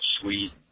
sweet